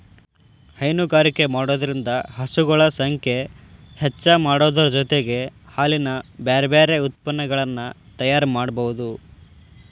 ಹೈನುಗಾರಿಕೆ ಮಾಡೋದ್ರಿಂದ ಹಸುಗಳ ಸಂಖ್ಯೆ ಹೆಚ್ಚಾಮಾಡೋದರ ಜೊತೆಗೆ ಹಾಲಿನ ಬ್ಯಾರಬ್ಯಾರೇ ಉತ್ಪನಗಳನ್ನ ತಯಾರ್ ಮಾಡ್ಬಹುದು